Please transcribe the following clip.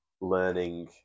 learning